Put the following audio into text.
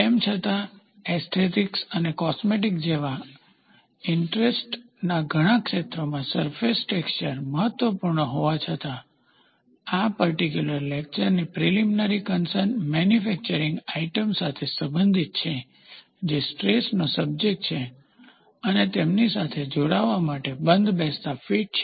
તેમ છતાં એસ્થેટીકસ અને કોસ્મેટીક્સ જેવા ઇન્ટ્રેસ્ટના ઘણા ક્ષેત્રોમાં સરફેસ ટેક્સચર મહત્વપૂર્ણ હોવા છતાં આ પર્ટીક્યુલર લેકચર ની પ્રિલિમીનરી કન્સર્ન મેન્યુફેકચરીંગ આઇટમ સાથે સંબંધિત છે જે સ્ટ્રેસ નો સબ્જેક્ટ છે અને તેમની સાથે જોડાવા માટે બંધબેસતા ફિટ છે